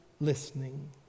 listening